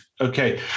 Okay